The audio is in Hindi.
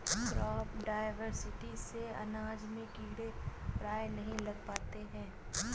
क्रॉप डायवर्सिटी से अनाज में कीड़े प्रायः नहीं लग पाते हैं